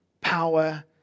power